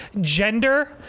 gender